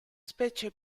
specie